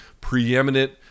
preeminent